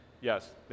Yes